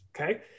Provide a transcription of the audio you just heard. okay